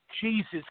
Jesus